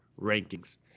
rankings